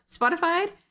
Spotify